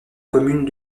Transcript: commune